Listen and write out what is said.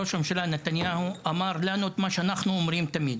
ראש הממשלה נתניהו אמר לנו את מה שאנחנו אומרים תמיד.